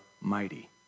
mighty